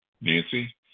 Nancy